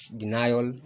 denial